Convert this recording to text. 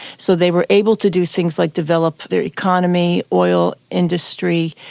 so they were able to do things like develop their economy, oil industry,